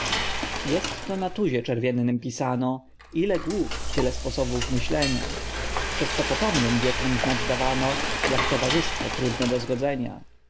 latać jestto na tuzie czerwiennym pisano ile głów tyle sposobów myślenia przez co potomnym wiekom znać dawano jak towarzystwo trudne do zgodzenia